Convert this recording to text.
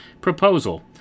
Proposal